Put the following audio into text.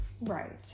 Right